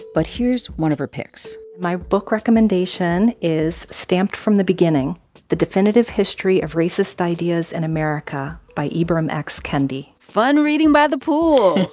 but here's one of her picks my book recommendation is stamped from the beginning the definitive history of racist ideas in and america by ibram x. kendi fun reading by the pool